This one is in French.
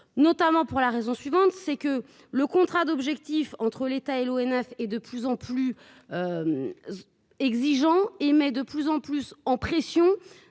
notamment pour la raison suivante c'est que le contrat d'objectifs entre l'État et l'ONF et de plus en plus exigeants et mais de plus en plus en pression